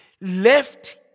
left